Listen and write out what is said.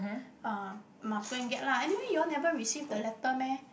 uh must go and get lah anyway you all never receive the letter meh